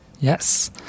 Yes